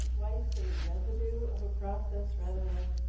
why you say residue of a process, rather than?